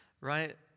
right